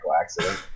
accident